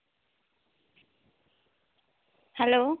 hello